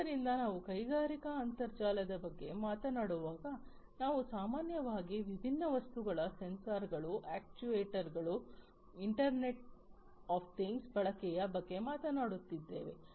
ಆದ್ದರಿಂದ ನಾವು ಕೈಗಾರಿಕಾ ಅಂತರ್ಜಾಲದ ಬಗ್ಗೆ ಮಾತನಾಡುವಾಗ ನಾವು ಸಾಮಾನ್ಯವಾಗಿ ವಿಭಿನ್ನ ವಸ್ತುಗಳ ಸೆನ್ಸಾರ್ಗಳು ಅಕ್ಚುಯೆಟರ್ಸ್ಗಳು ಇಂಟರ್ನೆಟ್ ಆಫ್ ತಿಂಗ್ಸ್ ಬಳಕೆಯ ಬಗ್ಗೆ ಮಾತನಾಡುತ್ತಿದ್ದೇವೆ